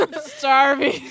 Starving